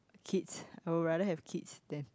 kids I'll rather have kids than